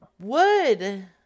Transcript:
Wood